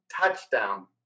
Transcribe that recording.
touchdown